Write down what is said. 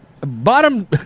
bottom